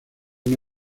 una